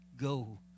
go